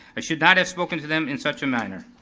i should not have spoken to them in such a manner.